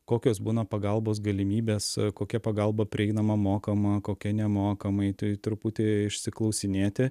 kokios būna pagalbos galimybės kokia pagalba prieinama mokama kokia nemokamai tai truputį išsiklausinėti